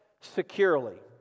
securely